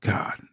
God